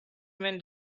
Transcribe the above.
man